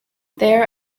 there